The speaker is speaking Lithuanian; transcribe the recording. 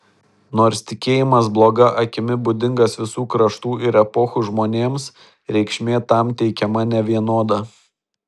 nors tikėjimas bloga akimi būdingas visų kraštų ir epochų žmonėms reikšmė tam teikiama nevienoda